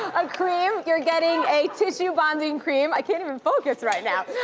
a um cream, you're getting a tissue-bonding cream. i can't even focus right now!